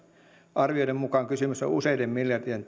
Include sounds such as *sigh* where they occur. arvioiden mukaan kysymys on useiden miljardien *unintelligible*